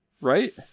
right